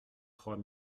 trois